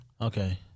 Okay